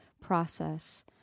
process